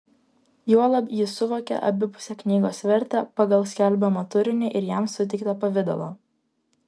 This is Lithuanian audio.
juolab jis suvokė abipusę knygos vertę pagal skelbiamą turinį ir jam suteiktą pavidalą